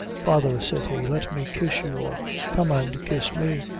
father, said he, let me kiss you, or come and kiss me.